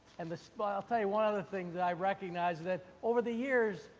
and the so but i'll tell you one other thing that i recognize is that over the years,